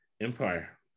empire